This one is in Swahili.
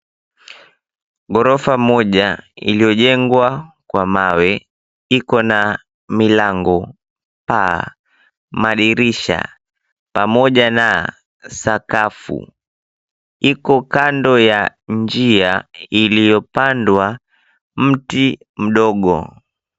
Ghorofa moja iliyojengwa kwa mawe iko na milango, paa, madirisha pamoja na sakafu iko kando ya njia iliyopandwa mti mdogo.